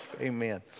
Amen